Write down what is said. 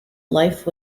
life